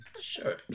sure